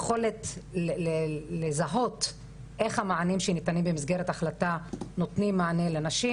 יכולת לזהות איך המענים שניתנים במסגרת החלטה נותנים מענה לנשים,